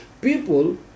people